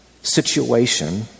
situation